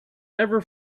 never